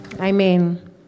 Amen